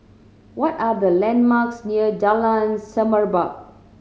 what are the landmarks near Jalan Semerbak